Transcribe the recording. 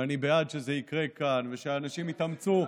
ואני בעד שזה יקרה כאן ושהאנשים יתאמצו,